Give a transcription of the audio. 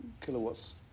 kilowatts